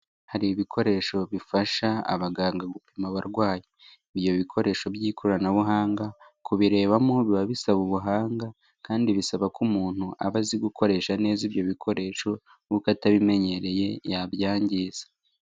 Hari ibikoresho bifasha abaganga gupima abarwayi, ibyo bikoresho by'ikoranabuhanga kubirebamo biba bisaba ubuhanga kandi bisaba ko umuntu aba azi gukoresha neza ibyo bikoresho kuko atabimenyereye yabyangiza.